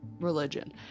religion